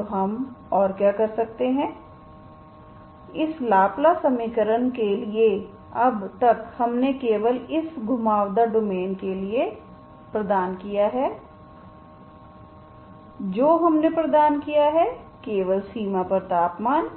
तो हम और क्या कर सकते हैं इस लाप्लास समीकरण के लिए अब तक हमने केवल इस घुमावदार डोमेन के लिए प्रदान किया है जो हमने प्रदान किया है केवल सीमा पर तापमान